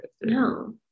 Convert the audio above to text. no